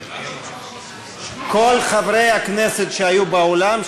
כל חברי הכנסת שהיו באולם,